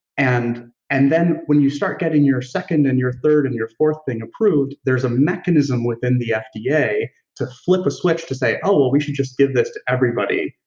and and then when you start getting your second and your third and your fourth thing approved, there's a mechanism within the fda yeah to flip a switch to say, oh, well, we should just give this to everybody